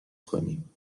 کنیم